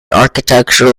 architectural